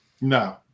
No